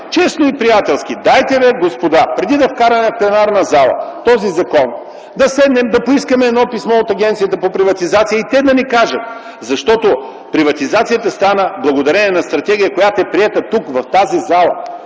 честно и приятелски: „Дайте, господа, преди да вкараме в пленарната зала този закон, да поискаме едно писмо от Агенцията за приватизация и те да ни кажат, защото приватизацията стана благодарение на стратегия, която е приета тук, в тази зала”.